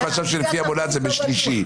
הוא חשב שלפי המולד זה בשלישי,